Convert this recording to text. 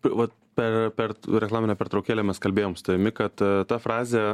vat per per reklaminę pertraukėlę mes kalbėjom su tavimi kad ta frazė